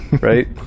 Right